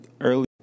early